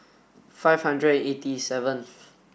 five hundred and eighty seventh